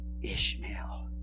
Ishmael